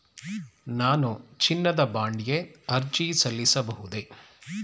ನಾನು ಚಿನ್ನದ ಬಾಂಡ್ ಗೆ ಅರ್ಜಿ ಸಲ್ಲಿಸಬಹುದೇ?